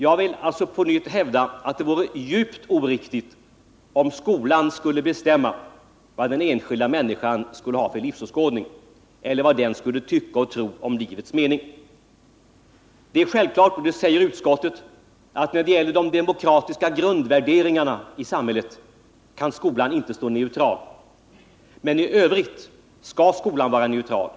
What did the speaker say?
Jag vill nämligen på nytt hävda att det vore djupt oriktigt om skolan skulle bestämma vad den enskilda människan skulle ha för livsåskådning eller skulle tycka eller tro om livets mening. Det är självklart — och det säger utskottet — att när det gäller de demokratiska grundvärderingarna i samhället kan skolan inte stå neutral. Men i övrigt skall skolan vara neutral.